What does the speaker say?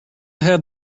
have